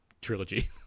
trilogy